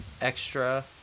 Extra